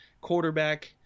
quarterback